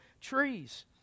trees